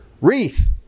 wreath